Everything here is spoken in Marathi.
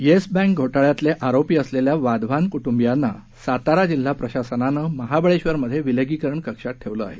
येस बँक घोटाळ्यातले आरोपी असलेल्या वाधवान कुटुंबियांना सातारा जिल्हा प्रशासनानं महाबळेश्वरमध्ये विलगीकरणात ठेवलं आहे